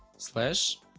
slash.